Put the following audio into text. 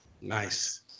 Nice